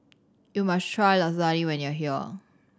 you must try Lasagne when you are here